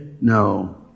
No